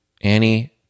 Annie